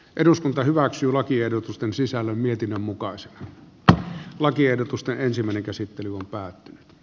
eduskunta hyväksyy lakiehdotusten sisällön mietinnön mukaan se tuo lakiehdotusta ensimmäinen käsittely alkaa